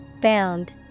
Bound